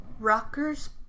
Rockers